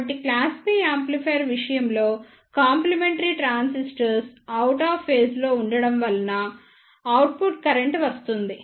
కాబట్టి class B amplifier విషయంలో complementary transistors out of phase లో ఉండటంవలన అవుట్పుట్ కరెంట్ వస్తుంది